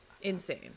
insane